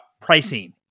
pricing